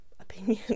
opinion